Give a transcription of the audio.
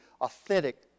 authentic